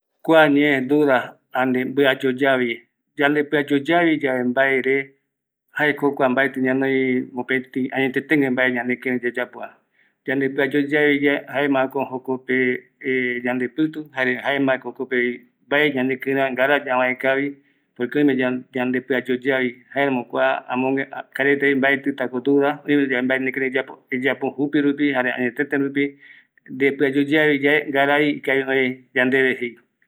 Kua ñee duda, ani mbia yoyavi, yande pïayoyavi yave mbaere, jaeko jokua mbaetï ñanoi añetëtëgue mbae ñanekïreï yayapova, yande pïa yoyavi yae jaemako jokope yande pïtu, jare jaemako jokopevi mbae ñanekïreiva ngara ñavaekavi, por que oime yande pïa yoyavi, jaerämo kua karai reta jei mbatïtako duda, oime yave mbae nekïreï reyapo, eyapo jupi rupi, jsre añetete rupi, nde pïa yoyavi yae, ngarai ikavi öe yandeve jei.